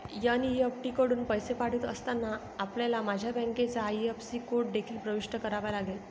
NEFT कडून पैसे पाठवित असताना, आपल्याला माझ्या बँकेचा आई.एफ.एस.सी कोड देखील प्रविष्ट करावा लागेल